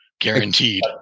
guaranteed